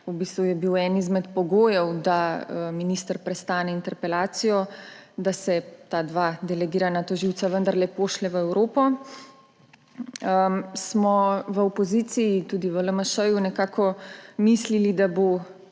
v bistvu je bil eden izmed pogojev, da minister prestane interpelacijo, da se ta dva delegirana tožilca vendarle pošlje v Evropo – smo v opoziciji in tudi v LMŠ mislili, da bo